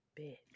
bitch